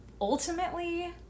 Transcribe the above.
ultimately